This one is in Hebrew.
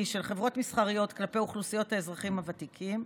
של חברות מסחריות כלפי אוכלוסיות האזרחים הוותיקים,